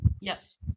Yes